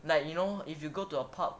like you know if you go to a pub